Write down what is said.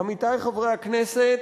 עמיתי חברי הכנסת,